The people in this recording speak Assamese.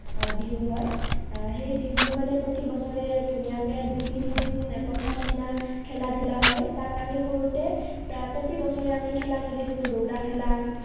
বিহু হয় সেই বিহুত মানে প্ৰতি বছৰে ধুনীয়াকৈ দুই তিনি দিন প্ৰথম দিনা খেলা হয় তাত আমি সৰুতে প্ৰতি বছৰে খেলা খেলিছিলোঁ দৌৰা খেলা